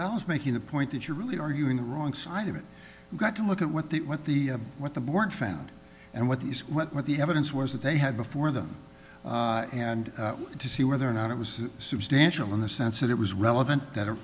i was making the point that you really are you in the wrong side of it got to look at what the what the what the board found and what these what the evidence was that they had before them and to see whether or not it was substantial in the sense that it was relevant that